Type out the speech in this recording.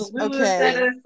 Okay